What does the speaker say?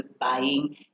buying